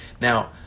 Now